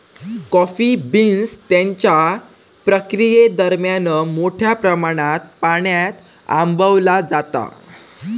coffee beans त्यांच्या प्रक्रियेदरम्यान मोठ्या प्रमाणात पाण्यान आंबवला जाता